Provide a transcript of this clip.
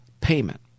payment